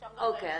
אפשר גם בהמשך.